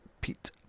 Pete